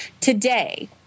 Today